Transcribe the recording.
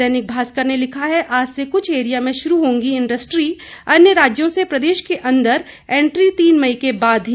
दैनिक भास्कर ने लिखा है आज से कुछ एरिया में शुरू होंगी इंडस्ट्री अन्य राज्यों से प्रदेश के अन्दर एंट्री तीन मई के बाद ही